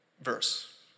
verse